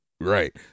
Right